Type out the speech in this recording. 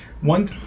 one